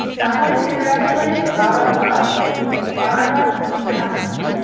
i want to congratulate our alum barbara cassin.